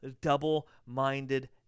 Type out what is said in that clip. double-minded